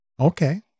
Okay